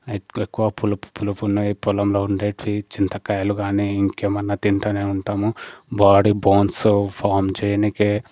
ఎక్కు ఎక్కువ పులుపు పులుపు ఉన్నయి పొలంలో ఉండేటివి చింతకాయలు గానీ ఇంకేమన్నా తింటానే ఉంటాము బాడీ బోన్స్ ఫామ్ చేయనీకి